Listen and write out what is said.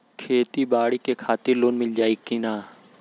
खेती बाडी के खातिर लोन मिल जाई किना?